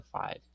five